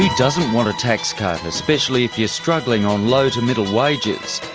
doesn't want a tax cut especially if you're struggling on low to middle wages,